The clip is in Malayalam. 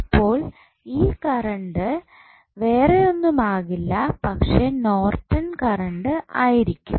അപ്പോൾ ഈ കറണ്ട് വേറെ ഒന്നും ആകില്ല പക്ഷേ നോർട്ടൻ കറണ്ട് ആയിരിക്കും